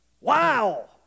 Wow